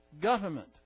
government